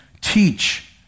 teach